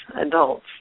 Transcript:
adults